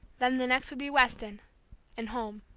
then the next would be weston and home.